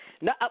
No